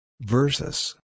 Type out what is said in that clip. Versus